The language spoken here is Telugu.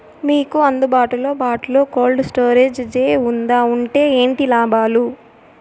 మీకు అందుబాటులో బాటులో కోల్డ్ స్టోరేజ్ జే వుందా వుంటే ఏంటి లాభాలు?